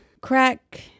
crack